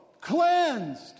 cleansed